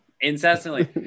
incessantly